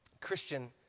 Christian